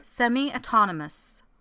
Semi-Autonomous